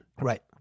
Right